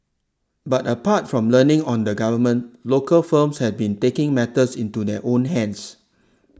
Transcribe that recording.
but apart from learning on the Government local firms have been taking matters into their own hands